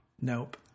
Nope